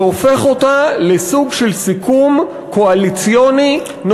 והופך אותה לסוג של סיכום קואליציוני נוסף.